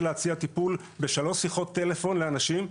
להציע טיפול בשלוש שיחות טלפון לאנשים?